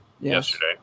Yesterday